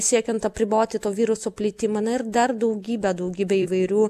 siekiant apriboti to viruso plitimą na ir dar daugybė daugybė įvairių